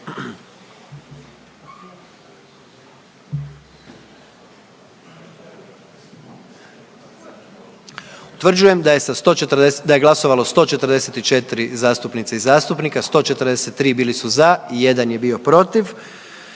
Utvrđujem da je glasovalo 143 zastupnica i zastupnika, 79 je bilo za, 2 suzdržana i 62 protiv,